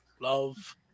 Love